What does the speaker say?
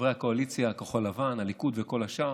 חברי הקואליציה, כחול לבן, הליכוד וכל השאר,